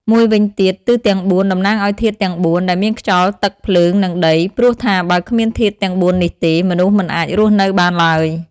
មួយវិញទៀតទិសទាំង៤ តំណាងឱ្យធាតុទាំង៤ ដែលមានខ្យល់ ទឹក ភ្លើង និងដី ព្រោះថាបើគ្មានធាតុទាំង ៤នេះទេ មនុស្សមិនអាចរស់នៅបានឡើយ ។